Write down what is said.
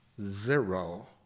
zero